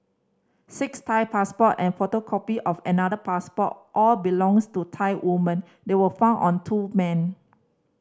six Thai passport and a photocopy of another passport all belongs to Thai woman they were found on two men